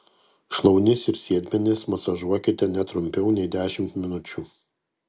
šlaunis ir sėdmenis masažuokite ne trumpiau nei dešimt minučių